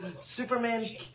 Superman